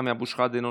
סמי אבו שחאדה,